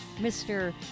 Mr